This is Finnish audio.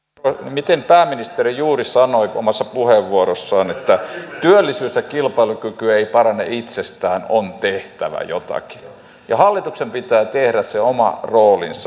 kuulimme miten pääministeri juuri sanoi omassa puheenvuorossaan että työllisyys ja kilpailukyky eivät parane itsestään on tehtävä jotakin ja hallituksen pitää tehdä se oma roolinsa